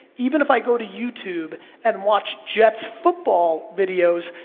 even if i go to youtube and watch jets football videos,